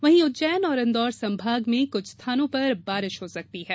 वहीं उज्जैन और इन्दौर संभाग में कुछ स्थानों पर बारिश हो सकती है